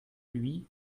lui